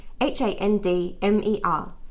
H-A-N-D-M-E-R